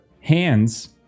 hands